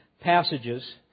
passages